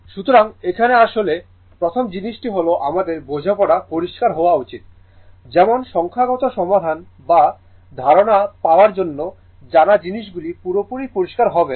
সুতরাং এখানে আসলে প্রথম জিনিসটি হল আমাদের বোঝাপড়া পরিষ্কার হওয়া উচিত যেমন সংখ্যাগত সমাধান বা ধারণা পাওয়ার জন্য জানা জিনিসগুলি পুরোপুরি পরিষ্কার হবে